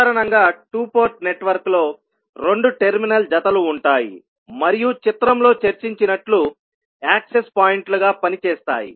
సాధారణంగా 2 పోర్ట్ నెట్వర్క్లో రెండు టెర్మినల్ జతలు ఉంటాయి మరియు చిత్రంలో చర్చించినట్లు యాక్సెస్ పాయింట్లుగా పనిచేస్తాయి